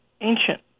ancient